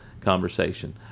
conversation